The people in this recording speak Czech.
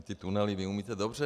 Ty tunely vy umíte dobře.